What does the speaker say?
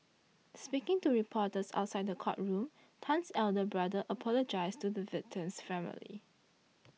speaking to reporters outside the courtroom Tan's eldest brother apologised to the victim's family